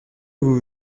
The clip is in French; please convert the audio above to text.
vous